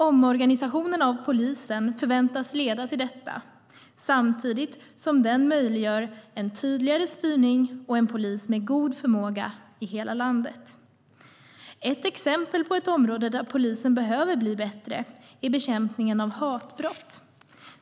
Omorganisationen av polisen förväntas leda till detta samtidigt som den möjliggör en tydligare styrning och en polis med god förmåga i hela landet. Ett exempel på ett område där polisen behöver bli bättre är bekämpningen av hatbrott.